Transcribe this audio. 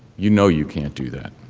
you know you can't do that.